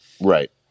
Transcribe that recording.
right